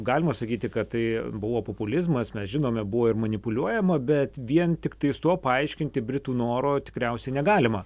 galima sakyti kad tai buvo populizmas mes žinome buvo ir manipuliuojama bet vien tiktais tuo paaiškinti britų noro tikriausiai negalima